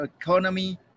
economy